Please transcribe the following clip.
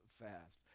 fast